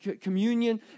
communion